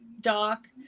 doc